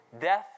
Death